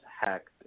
hacked